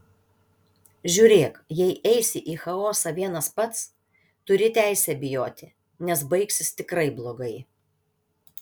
žiūrėk jei eisi į chaosą vienas pats turi teisę bijoti nes baigsis tikrai blogai